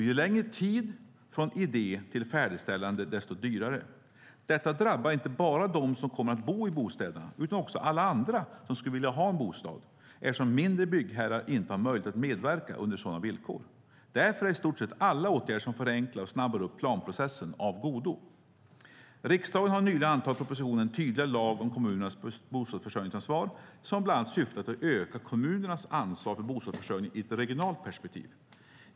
Ju längre tid från idé till färdigställande, desto dyrare blir det. Detta drabbar inte bara de som kommer att bo i bostäderna utan också alla andra som skulle vilja ha en bostad, eftersom mindre byggherrar inte har möjlighet att medverka under sådana villkor. Därför är i stort sett alla åtgärder som förenklar och snabbar upp planprocessen av godo. Riksdagen har nyligen antagit propositionen En tydligare lag om kommunernas bostadsförsörjningsansvar , som bland syftar till att öka kommunernas ansvar för bostadsförsörjningen i ett regionalt perspektiv.